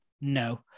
No